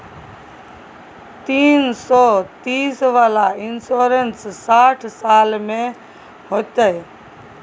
तीन सौ तीस वाला इन्सुरेंस साठ साल में होतै?